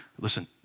listen